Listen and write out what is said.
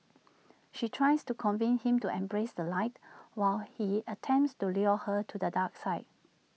she tries to convince him to embrace the light while he attempts to lure her to the dark side